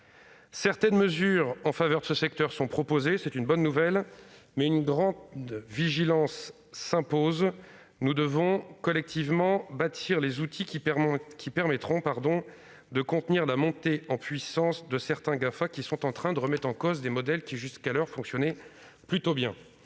sont proposées en faveur de ce secteur, c'est une bonne nouvelle, mais une grande vigilance s'impose. Nous devons collectivement bâtir les outils qui permettront de contenir la montée en puissance de certains GAFA, qui sont en train de remettre en cause des modèles qui fonctionnaient plutôt bien